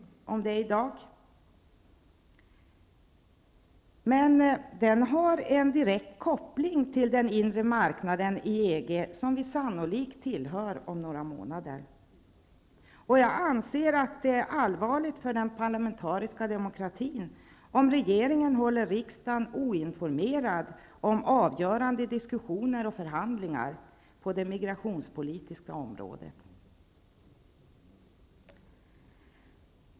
Den har en direkt koppling till den inre marknaden i EG, som vi sannolikt tillhör om några månader. Jag anser att det är allvarligt för den parlamentariska demokratin om regeringen håller riksdagen oinformerad om avgörande diskussioner och förhandingar på det migrationspolitiska området.